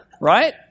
Right